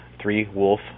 three-wolf